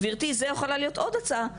גברתי, זו יכולה להיות עוד הצעה.